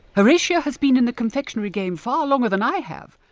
horatia has been in the confectionery game far longer than i have,